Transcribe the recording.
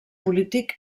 polític